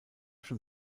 schon